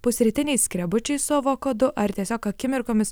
pusrytiniais skrebučiais su avokadu ar tiesiog akimirkomis